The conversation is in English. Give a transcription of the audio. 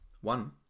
One